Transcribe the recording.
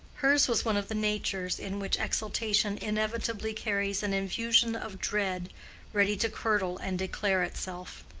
hers was one of the natures in which exultation inevitably carries an infusion of dread ready to curdle and declare itself.